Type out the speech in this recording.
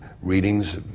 readings